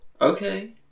Okay